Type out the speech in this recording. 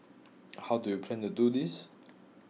how do you plan to do this